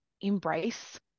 embrace